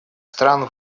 стран